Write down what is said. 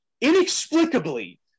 inexplicably